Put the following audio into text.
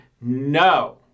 no